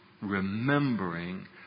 remembering